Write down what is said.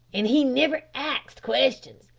an' he niver axed questions.